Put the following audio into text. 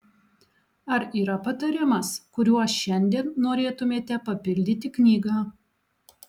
ar yra patarimas kuriuo šiandien norėtumėte papildyti knygą